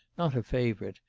not a favourite,